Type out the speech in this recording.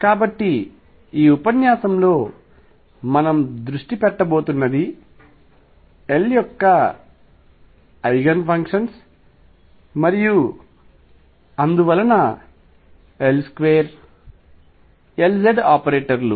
కాబట్టి ఈ ఉపన్యాసంలో మనం దృష్టి పెట్టబోతున్నది L యొక్క ఐగెన్ ఫంక్షన్ మరియు అందువలన L2 మరియు Lz ఆపరేటర్ లు